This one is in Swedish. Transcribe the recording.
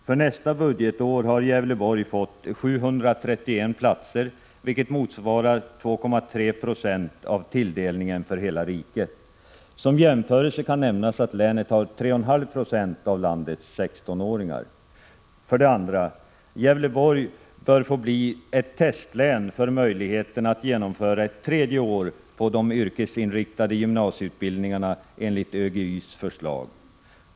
För nästa budgetår har Gävleborgs län fått 731 platser, vilket motsvarar 2,3 96 av tilldelningen för hela riket. Som jämförelse kan nämnas att länet har 3,5 20 av landets 16-åringar. För det andra: Gävleborgs län bör bli ett testlän för att man skall kunna undersöka möjligheterna för att genomföra ett tredje år på de yrkesinriktade gymnasieutbildningarna enligt ÖGY:s förslag.